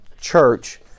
church